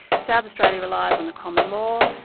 south australia relies on the common law.